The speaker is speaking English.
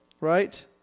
right